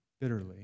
bitterly